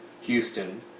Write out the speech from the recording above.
Houston